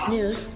News